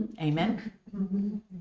Amen